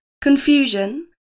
confusion